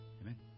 Amen